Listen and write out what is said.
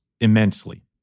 immensely